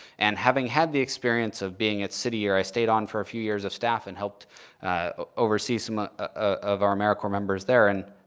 and having had the experience of being at city year, i stayed on for a few years of staff and helped oversee some ah ah of our americorps members there. and,